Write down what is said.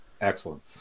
Excellent